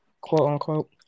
quote-unquote